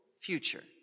future